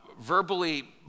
verbally